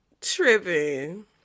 tripping